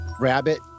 Rabbit